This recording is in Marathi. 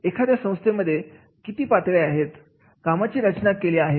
एखाद्या संस्थेमध्ये किती पातळीमध्ये कामाची रचना केलेली आहे